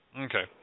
Okay